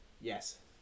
Yes